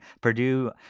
Purdue –